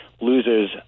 loses